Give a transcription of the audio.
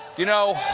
you know,